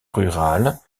rurale